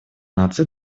наций